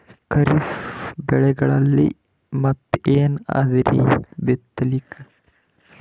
ಖರೀಫ್ ಬೆಳೆಗಳಲ್ಲಿ ಮತ್ ಏನ್ ಅದರೀ ಬಿತ್ತಲಿಕ್?